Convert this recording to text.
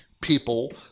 people